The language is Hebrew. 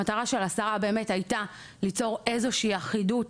המטרה של השרה באמת הייתה ליצור איזו שהיא אחידות